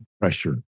pressure